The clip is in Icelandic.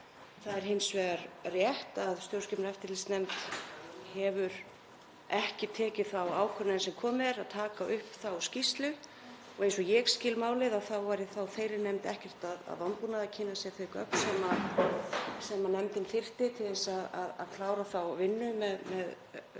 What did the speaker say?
Það er hins vegar rétt að stjórnskipunar- og eftirlitsnefnd hefur ekki tekið þá ákvörðun enn sem komið er að taka upp þá skýrslu og eins og ég skil málið væri þá þeirri nefnd ekkert að vanbúnaði að kynna sér þau gögn sem nefndin þyrfti til að klára þá vinnu með